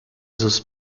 sus